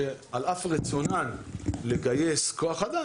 שעל אף רצונן לגייס כוח אדם,